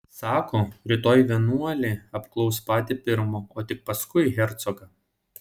sako rytoj vienuolį apklaus patį pirmą o tik paskui hercogą